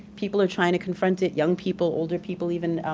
people are trying to confront it, young people, older people even.